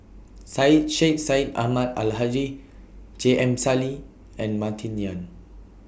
Syed Sheikh Syed Ahmad Al Hadi J M Sali and Martin Yan